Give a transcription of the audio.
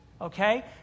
okay